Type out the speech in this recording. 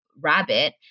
rabbit